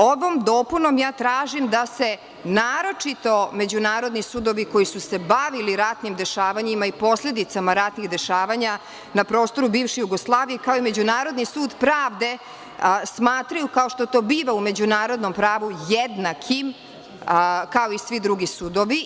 Ovom dopunom ja tražim da se naročito međunarodni sudovi koji su se bavili ratnim dešavanjima i posledicama ratnih dešavanja na prostoru bivše Jugoslavije, kao i Međunarodni sud pravde, smatraju, kao što to biva u međunarodnom pravu, jednakim, kao i svi drugi sudovi.